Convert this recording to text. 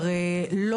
לא